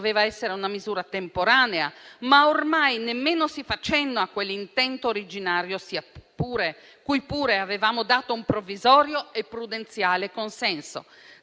doveva essere una misura temporanea, ma ormai nemmeno si fa cenno a quell'intento originario, cui pure avevamo dato un provvisorio e prudenziale consenso.